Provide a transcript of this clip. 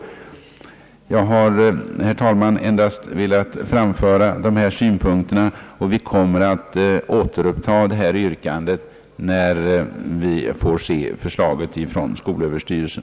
Jag har, herr talman, endast velat framföra dessa synpunkter, och vi kommer att framställa vårt yrkande, när vi får se förslaget från skolöverstyrelsen.